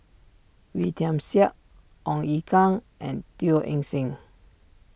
Wee Tian Siak Ong Ye Kung and Teo Eng Seng